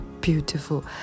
beautiful